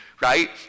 Right